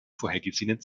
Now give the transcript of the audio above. vorgesehenen